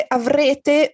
avrete